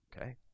okay